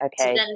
okay